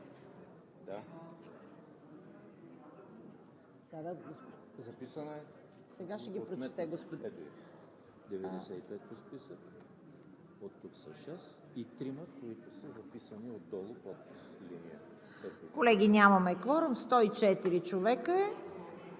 Колеги, нямаме кворум – 105 човека.